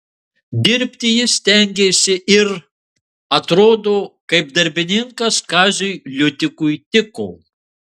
dirbti jis stengėsi ir atrodo kaip darbininkas kaziui liutikui tiko